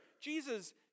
Jesus